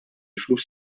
flus